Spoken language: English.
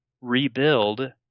rebuild